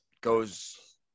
goes